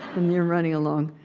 and you're running along,